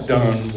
done